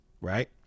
right